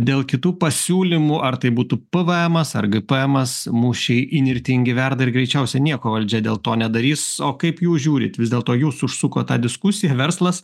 dėl kitų pasiūlymų ar tai būtų pvmas ar gpmas mūšiai įnirtingi verda ir greičiausiai nieko valdžia dėl to nedarys o kaip jūs žiūrit vis dėlto jūs užsukot tą diskusiją verslas